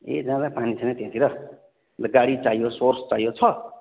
ए जहाँ जहाँ पानी छैन त्यहाँतिर ल गाडी चाहियो सोर्स चाहियो छ